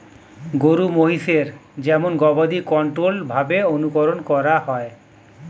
গরু মহিষের যেমন গবাদি কন্ট্রোল্ড ভাবে অনুকরন করা হয়